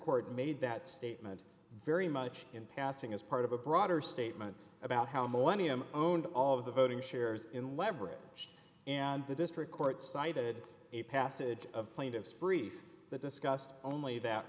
court made that statement very much in passing as part of a broader statement about how millennium own all of the voting shares in leverage and the district court cited a passage of plaintiff's brief that discussed only that